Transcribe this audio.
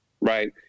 right